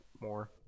more